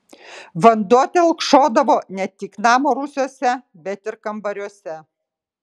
vanduo telkšodavo ne tik namo rūsiuose bet ir kambariuose